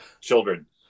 children